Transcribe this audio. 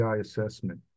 assessment